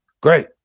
Great